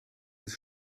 des